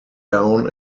down